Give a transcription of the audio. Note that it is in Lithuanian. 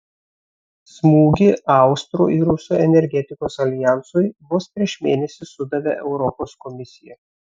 smūgį austrų ir rusų energetikos aljansui vos prieš mėnesį sudavė europos komisija